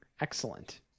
Excellent